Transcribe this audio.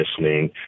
listening